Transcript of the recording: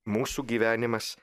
mūsų gyvenimas